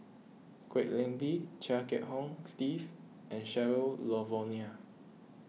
Kwek Leng Beng Chia Kiah Hong Steve and Cheryl Noronha